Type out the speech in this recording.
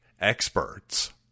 experts